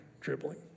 dribbling